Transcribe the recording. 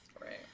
Right